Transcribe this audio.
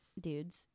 dudes